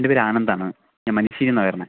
എൻ്റെ പേര് ആനന്താണ് ഞാൻ മഞ്ഞുഷിയിൽ നിന്നാണ് വരുന്നത്